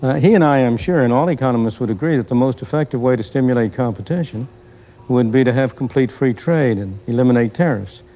he and i. i'm sure, and all economists would agree that the most effective way to stimulate competition would and be to have complete free trade and eliminate tariffs.